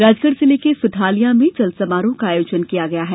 राजगढ़ जिले में सुठालिया में नगर में चल समारोह का आयोजन किया गया है